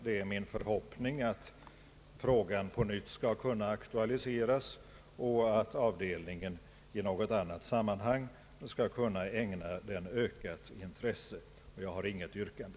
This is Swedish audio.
Det är min förhoppning att frågan på nytt skall kunna aktualiseras och att avdelningen i något annat sammanhang skall kunna ägna den ökat intresse. Jag har inget yrkande.